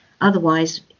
otherwise